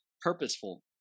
purposeful